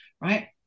right